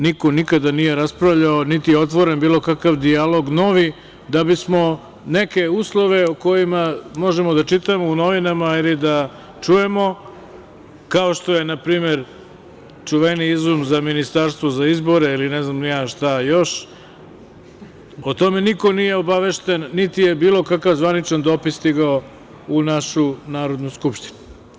Niko nikada nije raspravljao, niti je otvoren bilo kakav dijalog novi da bismo neke uslove o kojima možemo da čitamo u novinama ili da čujemo, kao što je na primer čuveni izum za „ministarstvo za izbore“ ili ne znam ni ja šta još, o tome niko nije obavešten, niti je bilo kakav zvaničan dopis stigao u našu Narodnu skupštinu.